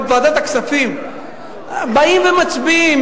בוועדת הכספים באים ומצביעים